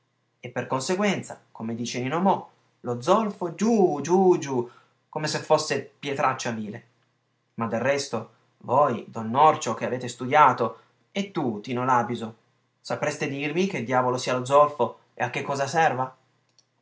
e per conseguenza come dice nino mo lo zolfo giù giù giù come se fosse pietraccia vile ma del resto voi don nocio che avete studiato e tu tino làbiso sapreste dirmi che diavolo sia lo zolfo e a che cosa serva